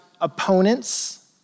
opponents